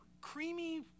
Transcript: creamy